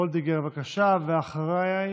כללי ההתנהגות,